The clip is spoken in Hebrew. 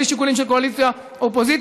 בלי שיקולים של קואליציה אופוזיציה.